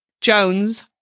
Jones